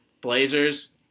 Blazers